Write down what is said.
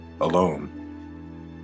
alone